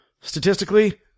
Statistically